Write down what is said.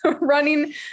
running